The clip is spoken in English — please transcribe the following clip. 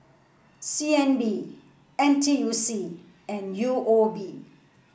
C N B N T U C and U O B